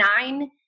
nine